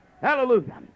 Hallelujah